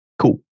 Cool